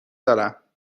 دارم